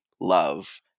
love